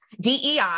DEI